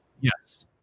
Yes